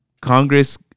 Congress